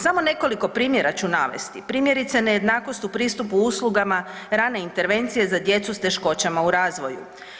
Samo nekoliko primjera ću navesti, primjerice, nejednakost u pristupu uslugama rane intervencije za djecu s teškoćama u razvoju.